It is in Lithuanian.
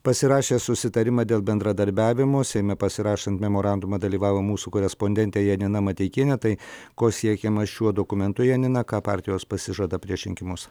pasirašė susitarimą dėl bendradarbiavimo seime pasirašant memorandumą dalyvavo mūsų korespondentė janina mateikienė tai ko siekiama šiuo dokumentu janina ką partijos pasižada prieš rinkimus